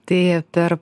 tai per